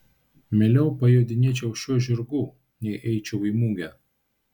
mieliau pajodinėčiau šiuo žirgu nei eičiau į mugę